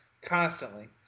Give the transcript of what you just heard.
constantly